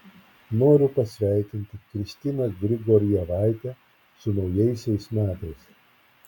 noriu pasveikinti kristiną grigorjevaitę su naujaisiais metais